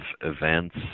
events